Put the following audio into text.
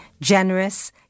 generous